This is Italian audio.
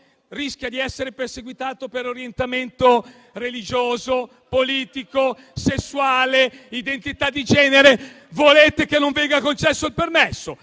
rischia di essere perseguitato per orientamento religioso, politico, sessuale e identità di genere, volete che non gli venga concesso il permesso?